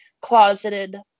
closeted